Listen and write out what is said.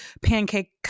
pancake